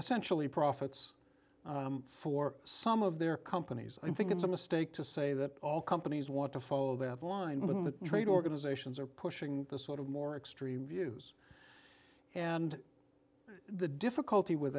essentially profits for some of their companies i think it's a mistake to say that all companies want to follow they have a line when the trade organizations are pushing the sort of more extreme views and the difficulty with